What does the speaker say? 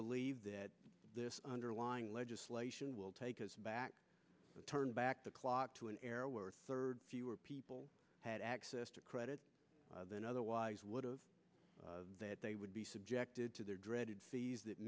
believe that this underlying legislation will take us back to turn back the clock to an era where third fewer people had access to credit than otherwise would have that they would be subjected to their dreaded fees that